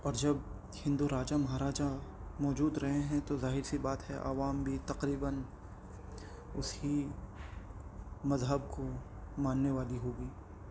اور جب ہندو راجا مہا راجا موجود رہے ہیں تو ظاہر سی بات ہے عوام بھی تقریباً اسی مذہب کو ماننے والی ہوگی